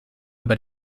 über